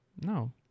No